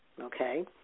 Okay